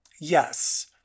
Yes